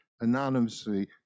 Anonymously